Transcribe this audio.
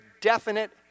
definite